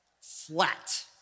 flat